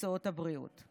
במקצועות הבריאות.